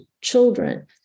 children